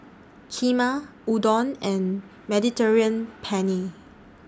Kheema Udon and Mediterranean Penne